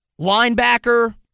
Linebacker